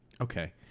Okay